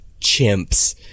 chimps